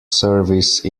service